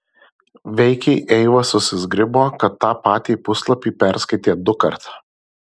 veikiai eiva susizgribo kad tą patį puslapį perskaitė dukart